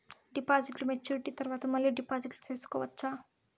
డిపాజిట్లు మెచ్యూరిటీ తర్వాత మళ్ళీ డిపాజిట్లు సేసుకోవచ్చా?